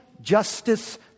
justice